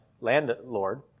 landlord